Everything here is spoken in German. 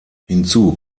hinzu